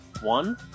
one